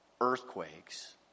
earthquakes